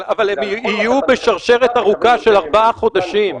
אבל הם יהיו בשרשרת ארוכה של ארבעה חודשים,